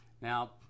Now